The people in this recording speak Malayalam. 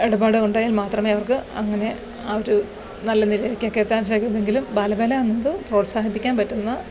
ഇടപാട് ഉണ്ടായെങ്കില് മാത്രമെ അവര്ക്ക് അങ്ങനെ ആ ഒരു നല്ല നിലയിലേക്ക് ഒക്കെ എത്താന് എത്താൻ സാധിക്കൂ എന്നെങ്കിലും ബാലവേല എന്നത് പ്രോത്സാഹിപ്പിക്കാന് പറ്റുന്ന